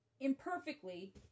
imperfectly